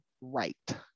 right